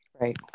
right